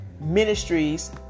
ministries